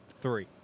three